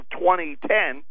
2010